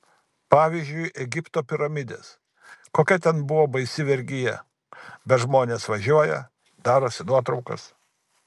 pavyzdžiui egipto piramidės kokia ten buvo baisi vergija bet žmonės važiuoja darosi nuotraukas